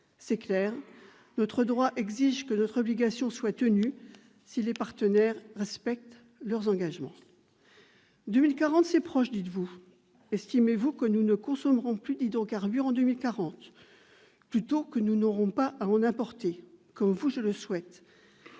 C'est clair, notre droit constitutionnel exige que notre obligation soit tenue si les partenaires respectent leurs engagements. Vous dites que l'année 2040 est proche. Estimez-vous que nous ne consommerons plus d'hydrocarbures en 2040 ? Ou plutôt que nous n'aurons pas à en importer ? Comme vous, je le souhaite.